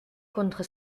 contre